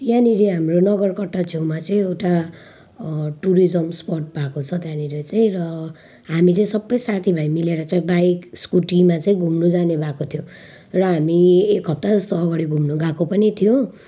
यहाँनिर हाम्रो नगरकट्टा छेउमा चाहिँ एउटा टुरिजम स्पट भएको छ त्यहाँनिर चाहिँ र हामी चाहिँ सबै साथीभाइ मिलेर चाहिँ बाइक स्कुटीमा चाहिँ घुम्नु जाने भएका थियौँ र हामी एक हप्ता जस्तो अगाडि घुम्नु गएको पनि थियौँ